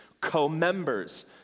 Co-members